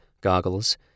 goggles